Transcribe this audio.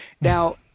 Now